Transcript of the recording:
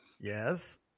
Yes